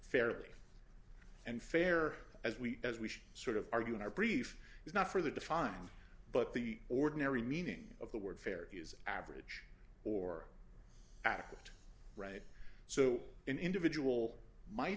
fairly and fair as we as we should sort of argue in our brief is not for the define but the ordinary meaning of the word fair is average or adequate right so an individual might